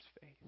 faith